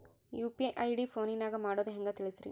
UPI ID ಫೋನಿನಾಗ ಮಾಡೋದು ಹೆಂಗ ತಿಳಿಸ್ರಿ?